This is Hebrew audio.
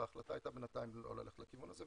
וההחלטה הייתה בינתיים לא ללכת לכיוון הזה.